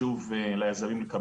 שלושה חודשים,